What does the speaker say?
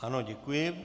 Ano, děkuji.